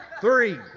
three